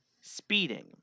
Speeding